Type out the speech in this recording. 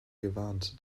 gewarnt